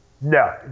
No